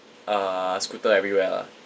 uh scooter everywhere lah